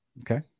okay